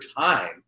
time